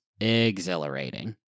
exhilarating